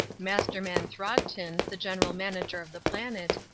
masterman throgton, the general manager of the planet,